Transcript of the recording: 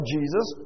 Jesus